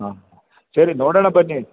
ಹಾಂ ಸರಿ ನೋಡೋಣ ಬನ್ನಿ